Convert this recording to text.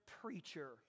preacher